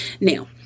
now